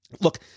look—